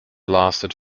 lasted